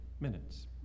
minutes